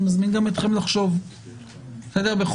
אני מזמין גם אתכם לחשוב.